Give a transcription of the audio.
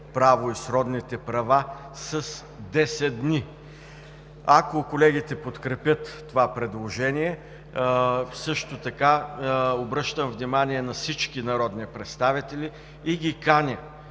право и сродните му права с 10 дни. Ако колегите подкрепят това предложение, обръщам внимание на всички народни представители и ги каня